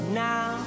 now